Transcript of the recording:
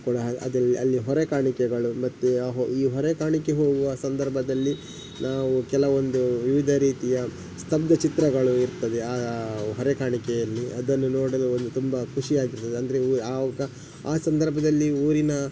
ಕೂಡ ಅದೇ ಅಲ್ಲಿ ಹೊರೆಕಾಣಿಕೆಗಳು ಮತ್ತೆ ಯಾ ಹೊ ಈ ಹೊರೆಕಾಣಿಕೆ ಹೋಗುವ ಸಂದರ್ಭದಲ್ಲಿ ನಾವು ಕೆಲವೊಂದು ವಿವಿಧ ರೀತಿಯ ಸ್ಥಬ್ಧ ಚಿತ್ರಗಳು ಇರ್ತದೆ ಆ ಹೊರೆ ಕಾಣಿಕೆಯಲ್ಲಿ ಅದನ್ನು ನೋಡಲು ಒಂದು ತುಂಬ ಖುಷಿಯಾಗಿರ್ತದೆ ಅಂದರೆ ಆವಾಗ ಆ ಸಂದರ್ಭದಲ್ಲಿ ಊರಿನ